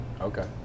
Okay